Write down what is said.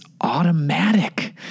automatic